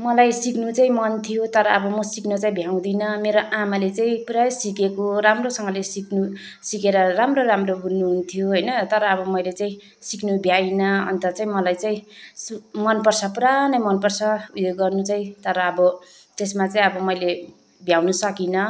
मलाई सिक्नु चाहिँ मन थियो तर अब म सिक्न चाहिँ भ्याउँदिन मेरो आमाले चाहिँ पुरा सिकेको राम्रोसँगले सिक्नु सिकेर राम्रो राम्रो बुन्नुहुन्थ्यो होइन तर अब मैल चाहिँ सिक्नु भ्याइनँ अन्त चाहिँ मलाई चाहिँ मनपर्छ पुरा नै मनपर्छ यो गर्नु चाहिँ तर अब त्यसमा चाहिँ अब मैले भ्याउनु सकिनँ